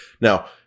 now